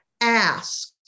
Ask